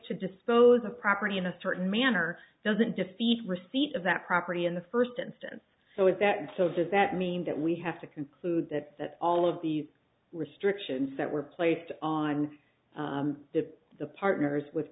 to dispose of property in a certain manner doesn't defeat receipt of that property in the first instance so it that and so does that mean that we have to conclude that that all of the restrictions that were placed on the partners with